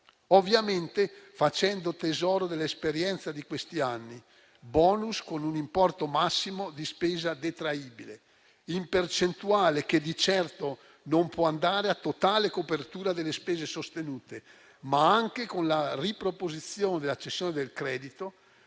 Ovviamente facendo tesoro dell'esperienza di questi anni, il *bonus* dovrebbe avere un importo massimo di spesa detraibile, in percentuale, che di certo non può andare a totale copertura delle spese sostenute, ma dovrebbe anche prevedere la riproposizione della cessione del credito,